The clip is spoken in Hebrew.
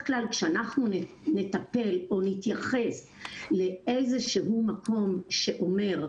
כשאנחנו נטפל או נתייחס לאיזשהו מקום שאומר,